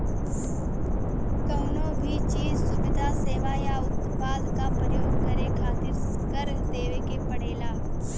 कउनो भी चीज, सुविधा, सेवा या उत्पाद क परयोग करे खातिर कर देवे के पड़ेला